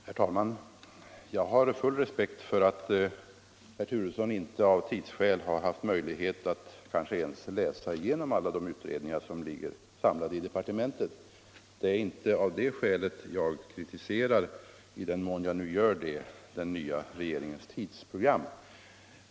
Herr talman! Jag har full respekt för att herr Turesson av tidsskäl kanske inte haft möjlighet att ens läsa igenom alla de utredningar som ligger samlade i departementet. Det är inte av detta skäl som jag kritiserar - I den mån jag nu gör det — den nya regeringens tidsprogram.